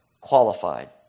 qualified